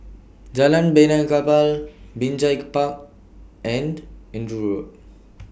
Jalan Benaan Kapal Binjai Park and Andrew Road